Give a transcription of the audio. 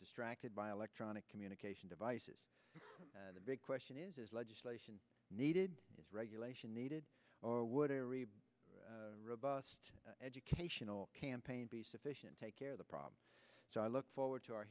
distracted by electronic communication devices the big question is is legislation needed is regulation needed or would a real robust educational campaign be sufficient take care of the problem so i look forward to our